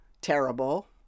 terrible